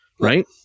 right